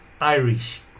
Irish